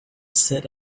said